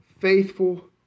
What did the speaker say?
faithful